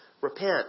repent